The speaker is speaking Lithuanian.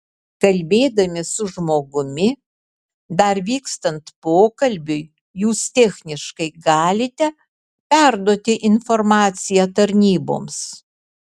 kalbėdami su žmogumi dar vykstant pokalbiui jūs techniškai galite perduoti informaciją tarnyboms